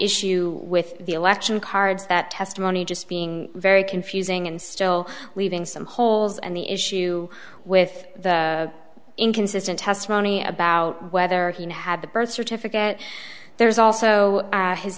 issue with the election cards that testimony just being very confusing and still leaving some holes and the issue with the inconsistent testimony about whether he now had the birth certificate there's also